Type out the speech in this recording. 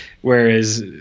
whereas